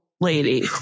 lady